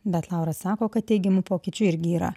bet laura sako kad teigiamų pokyčių irgi yra